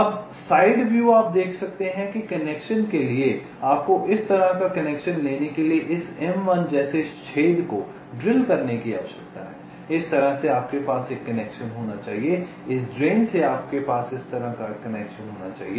अब side view आप देख सकते हैं कि कनेक्शन के लिए आपको इस तरह का कनेक्शन लेने के लिए इस m1 जैसे छेद को ड्रिल करने की आवश्यकता है इस तरह से आपके पास एक कनेक्शन होना चाहिए इस ड्रेन से आपके पास इस तरह का कनेक्शन होना चाहिए